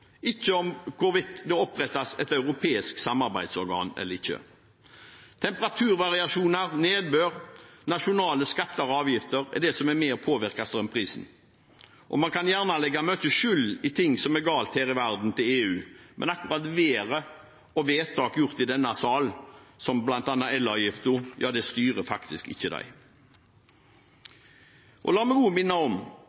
ikke om hvorvidt det opprettes et europeisk samarbeidsorgan eller ikke. Temperaturvariasjoner, nedbør, nasjonale skatter og avgifter er det som er med og påvirker strømprisen. Vi kan gjerne legge mye skyld for ting som er galt her i verden, på EU, men akkurat været og vedtak gjort i denne sal, som bl.a. elavgiften, styrer de faktisk ikke.